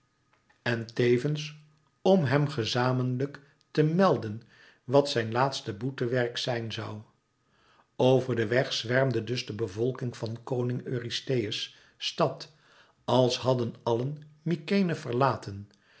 en tevens om hem gezamenlijk te melden wat zijn laatste boetewerk zijn zoû over den weg zwermde dus de bevolking van koning eurystheus stad als hadden àllen mykenæ verlaten